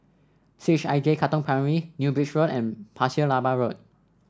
C H I J Katong Primary New Bridge Road and Pasir Laba Road